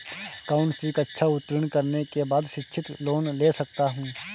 कौनसी कक्षा उत्तीर्ण करने के बाद शिक्षित लोंन ले सकता हूं?